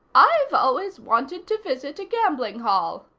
i've always wanted to visit a gambling hall.